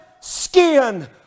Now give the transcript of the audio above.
skin